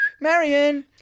Marion